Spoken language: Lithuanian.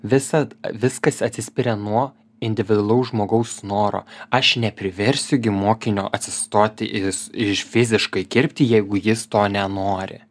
visad viskas atsispiria nuo individualaus žmogaus noro aš nepriversiu gi mokinio atsistoti ir iš fiziškai kirpti jeigu jis to nenori